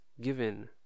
given